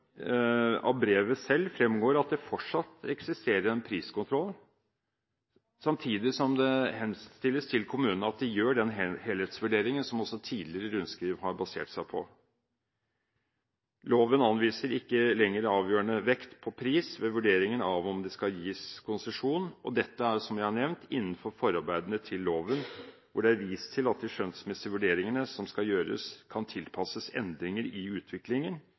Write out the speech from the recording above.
av brevet selv fremgår at det fortsatt eksisterer en priskontroll, samtidig som det henstilles til kommunene at de gjør den helhetsvurderingen som også tidligere rundskriv har basert seg på. Loven anviser ikke lenger avgjørende vekt på pris ved vurderingen av om det skal gis konsesjon, og dette er – som jeg har nevnt – innenfor forarbeidene til loven, hvor det er vist til at de skjønnsmessige vurderingene som skal gjøres, kan tilpasses endringer i utviklingen